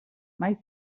mai